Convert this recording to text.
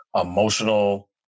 emotional